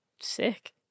Sick